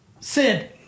Sid